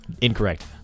Incorrect